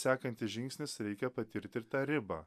sekantis žingsnis reikia patirt ir tą ribą